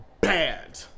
bad